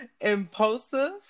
Impulsive